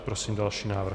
Prosím další návrh.